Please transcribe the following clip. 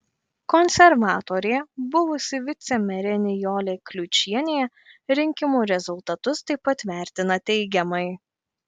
konservatorė buvusi vicemerė nijolė kliučienė rinkimų rezultatus taip pat vertina teigiamai